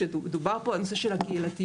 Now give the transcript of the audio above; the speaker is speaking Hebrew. שדובר פה הנושא של הקהילתיות.